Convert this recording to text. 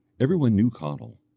every one knew conall,